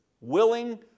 Willing